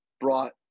brought